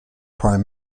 prime